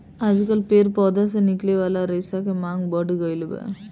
आजकल पेड़ पौधा से निकले वाला रेशा के मांग बढ़ गईल बा